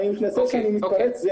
אני מתנצל שאני מתפרץ.